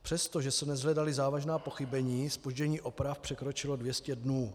Přestože se neshledala závažná pochybení, zpoždění oprav překročilo 200 dnů.